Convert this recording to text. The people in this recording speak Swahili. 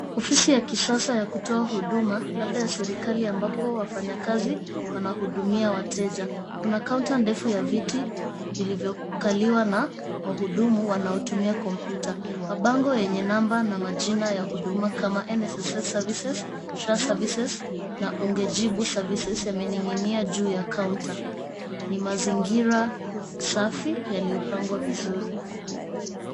Ofisi ya kisasa ya kutoa huduma, labda ya serikali, ambapo wafanyakazi wanahudumia wateja. Kuna kaunta ndefu ya viti vilivyokaliwa na wahudumu wanaotumia kompyuta. Mabango yenye namba na majina ya huduma kama NSSF Services, SHA Services, na Ungejibu Services yamening'inia juu ya kaunta. Ni mazingira safi, yaliyopangwa vizuri.